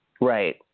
Right